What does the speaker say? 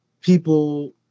people